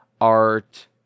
art